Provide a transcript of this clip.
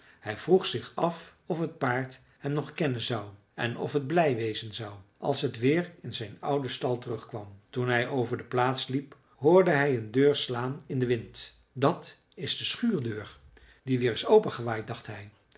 hij vroeg zich af of het paard hem nog kennen zou en of het blij wezen zou als het weer in zijn ouden stal terugkwam toen hij over de plaats liep hoorde hij een deur slaan in den wind dat is de schuurdeur die weer is opengewaaid dacht hij